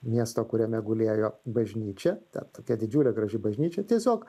miesto kuriame gulėjo bažnyčią ten tokia didžiulė graži bažnyčia tiesiog